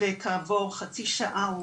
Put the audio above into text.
וכעבור חצי שעה,